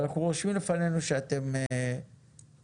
אבל אנחנו רושמים לפנינו שאתם מוכנים